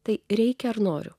tai reikia ar noriu